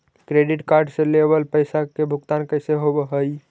Credit card से लेवल पैसा के भुगतान कैसे होव हइ?